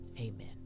Amen